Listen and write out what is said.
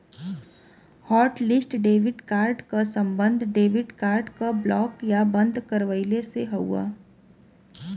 hotlist debit card क सम्बन्ध debit card क ब्लॉक या बंद करवइले से हउवे